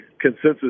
consensus